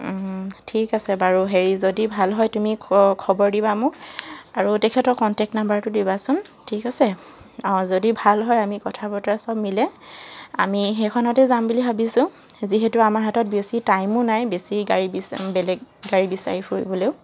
ঠিক আছে বাৰু হেৰি যদি ভাল হয় তুমি খবৰ দিবা মোক আৰু তেখেতৰ কণ্টেক্ট নাম্বাৰটো দিবাচোন ঠিক আছে অঁ যদি ভাল হয় আমি কথা বতৰা চব মিলে আমি সেইখনতে যাম বুলি ভাবিছোঁ যিহেতু আমাৰ হাতত বেছি টাইমো নাই বেছি বেলেগ গাড়ী বিচাৰি ফুৰিবলৈও